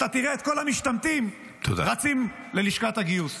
אתה תראה את כל המשתמטים רצים ללשכת הגיוס.